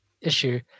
issue